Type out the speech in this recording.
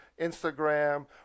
Instagram